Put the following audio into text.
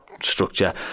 structure